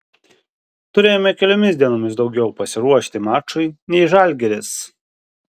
turėjome keliomis dienomis daugiau pasiruošti mačui nei žalgiris